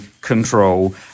control